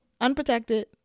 unprotected